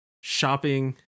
shopping